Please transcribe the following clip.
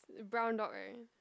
brown dog right